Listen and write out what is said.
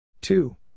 Two